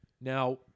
Now